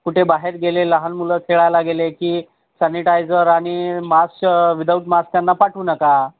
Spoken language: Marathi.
कुठे बाहेर गेले लहान मुलं खेळायला गेले की सॅनिटायझर आणि मास्क विदाउट मास्क त्यांना पाठवू नका